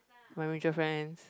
my my girlfriends